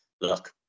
look